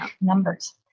numbers